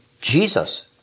Jesus